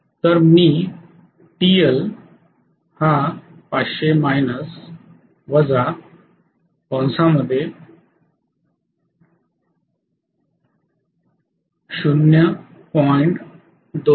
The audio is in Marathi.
तर मी TL 500−0